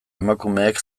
emakumeek